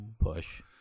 push